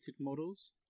models